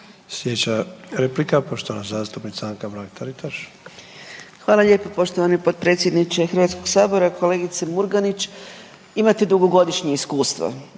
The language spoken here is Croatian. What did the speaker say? Slijedeća replika poštovana zastupnica Anka Mrak Taritaš. **Mrak-Taritaš, Anka (GLAS)** Hvala lijepo poštovani potpredsjedniče Hrvatskog sabora. Kolegice Murganić imate dugogodišnje iskustvo.